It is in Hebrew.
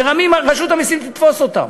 מרמים, רשות המסים תתפוס אותם.